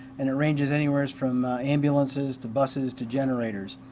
and ranges anywhere from ambulances to buses to generators.